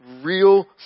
real